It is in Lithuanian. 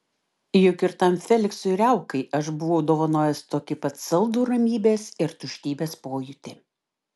juk ir tam feliksui riaukai aš buvau dovanojęs tokį pat saldų ramybės ir tuštybės pojūtį